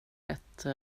ett